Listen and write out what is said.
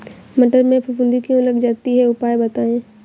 मटर में फफूंदी क्यो लग जाती है उपाय बताएं?